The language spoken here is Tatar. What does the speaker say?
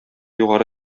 югары